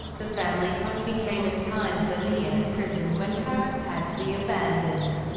the family home became at times a near-prison when paris had to be abandoned,